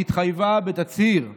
והתחייבה בתצהיר חתום,